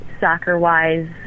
Soccer-wise